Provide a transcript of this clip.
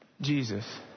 Jesus